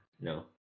no